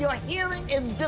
your hearing is